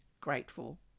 grateful